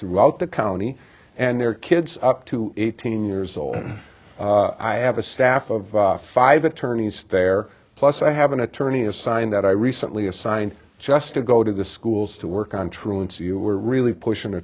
throughout the county and their kids up to eighteen years old i have a staff of five attorneys there plus i have an attorney assigned that i recently assigned just to go to the schools to work on truancy you were really pushing the